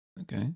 Okay